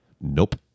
Nope